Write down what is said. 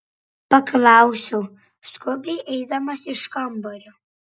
paklausiau skubiai eidamas iš kambario